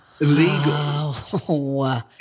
illegal